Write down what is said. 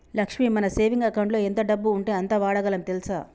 లక్ష్మి మన సేవింగ్ అకౌంటులో ఎంత డబ్బు ఉంటే అంత వాడగలం తెల్సా